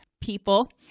people